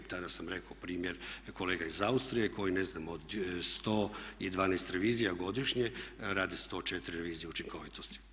Tada sam rekao primjer kolega iz Austrije koji ne znam od 112 revizija godišnje rade 104 revizije učinkovitosti.